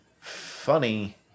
funny